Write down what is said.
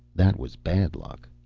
that was bad luck.